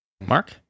Mark